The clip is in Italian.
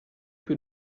più